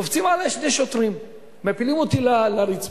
קופצים עלי שני שוטרים, מפילים אותי לרצפה.